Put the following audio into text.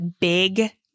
big